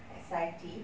S_I_T